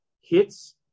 hits